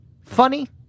funny